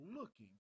looking